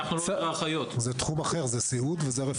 זה סיעוד וזה רפואה.